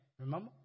Remember